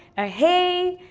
a hey,